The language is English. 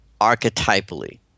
archetypally